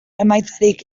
emaitzarik